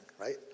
right